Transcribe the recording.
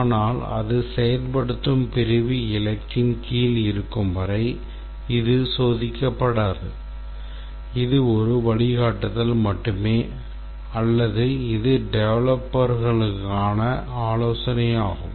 ஆனால் அது செயல்படுத்தும் பிரிவு இலக்கின் கீழ் இருக்கும் வரை இது சோதிக்கப்படாது இது ஒரு வழிகாட்டுதல் மட்டுமே அல்லது இது டெவலப்பர்களுக்கான ஆலோசனையாகும்